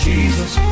Jesus